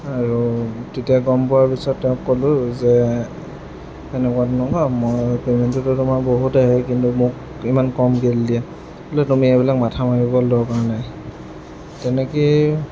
আৰু তেতিয়া গম পোৱাৰ পিছত তেওঁক ক'লোঁ যে এনেকুৱা তেনেকুৱা মই পে'মেণ্টটোতো তোমাৰ বহুত আহে কিন্তু মোক ইমান কম কেলৈ দিয়ে বোলে তুমি এইবিলাক মাথা মাৰিবলৈ দৰকাৰ নাই তেনেকৈয়ে